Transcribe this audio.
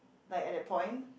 like at that point